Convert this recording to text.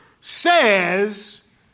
says